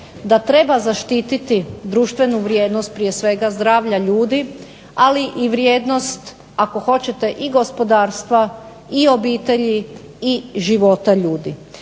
da treba zaštititi društvenu vrijednost prije svega zdravlja ljudi, ali i vrijednost ako hoćete i gospodarstva, i obitelji, i života ljudi.